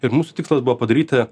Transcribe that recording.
ir mūsų tikslas buvo padaryti